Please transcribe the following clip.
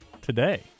today